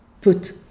put